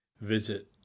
visit